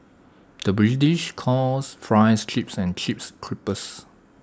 the British calls Fries Chips and Chips Crisps